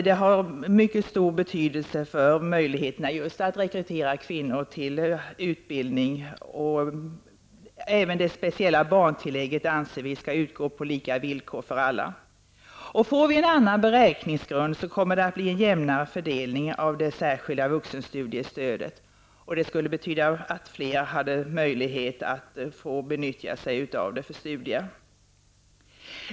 Det har mycket stor betydelse för möjligheterna att rekrytera kvinnor till utbildning. Även det speciella barntillägget anser vi bör utgå på lika villkor för alla. Får vi en annan beräkningsgrund med en jämnare fördelning av det särskilda vuxenstudiestödet skulle det betyda att fler hade möjlighet att utnyttja det för studier.